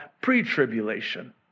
pre-tribulation